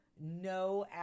no